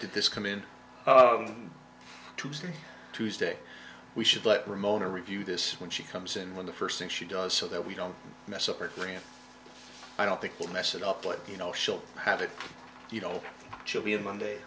did this come in to see you tuesday we should let ramona review this when she comes in when the first thing she does so that we don't mess up or three and i don't think we'll mess it up but you know she'll have it you know she'll be in monday